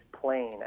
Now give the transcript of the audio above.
plain